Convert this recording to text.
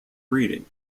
breeding